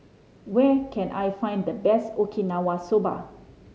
where can I find the best Okinawa Soba